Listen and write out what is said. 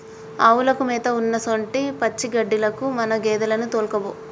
ఆవులకు మేత ఉన్నసొంటి పచ్చిగడ్డిలకు మన గేదెలను తోల్కపో